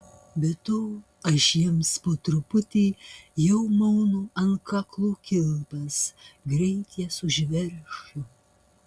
be to aš jiems po truputį jau maunu ant kaklų kilpas greit jas užveršiu